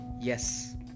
yes